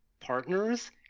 partners